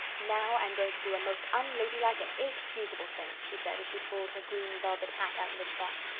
now i'm going to do a most unladylike and inexcusable thing, she said, as she pulled her green velvet hat out of its box.